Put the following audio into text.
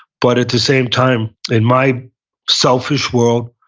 but at the same time, in my selfish world,